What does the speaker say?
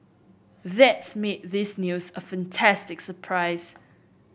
that's made this news a fantastic surprise